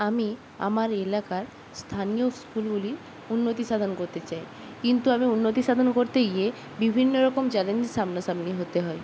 আমি আমার এলাকার স্থানীয় স্কুলগুলির উন্নতিসাধন করতে চাই কিন্তু আমি উন্নতিসাধন করতে গিয়ে বিভিন্ন রকম চ্যালেঞ্জের সামনাসামনি হতে হয়